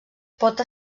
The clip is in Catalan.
pot